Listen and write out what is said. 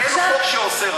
אין חוק שאוסר,